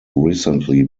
recently